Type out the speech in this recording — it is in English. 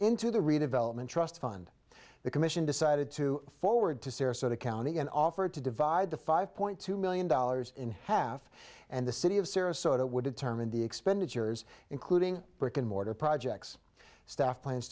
into the redevelopment trust fund the commission decided to forward to sarasota county and offered to divide the five point two million dollars in half and the city of sarasota would determine the expenditures including brick and mortar projects staff plans